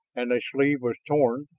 and a sleeve was torn,